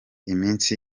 iminsi